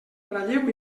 ratlleu